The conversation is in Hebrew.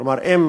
כלומר, אם